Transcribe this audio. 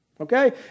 Okay